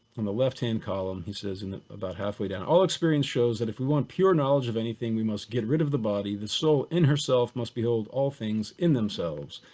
on the left hand column, he says in about halfway down. all experience shows that if we want pure knowledge of anything, we must get rid of the body. the soul in herself must be old all things in themselves.